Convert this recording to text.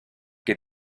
que